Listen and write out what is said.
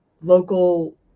local